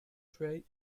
tray